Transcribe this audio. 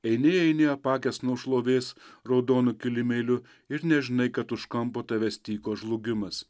eini eini apakęs nuo šlovės raudonu kilimėliu ir nežinai kad už kampo tavęs tyko žlugimas